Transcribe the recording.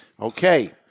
Okay